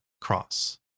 cross